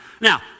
Now